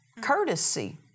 courtesy